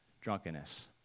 drunkenness